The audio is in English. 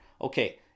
Okay